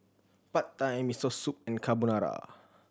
Pad Thai Miso Soup and Carbonara